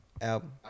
album